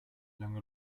lange